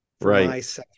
Right